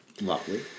Lovely